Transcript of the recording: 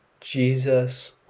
Jesus